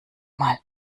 mal